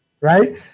right